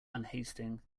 unhasting